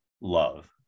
love